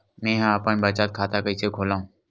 मेंहा अपन बचत खाता कइसे खोलव?